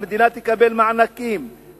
המדינה תקבל מענקים,